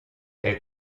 elle